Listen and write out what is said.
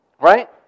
Right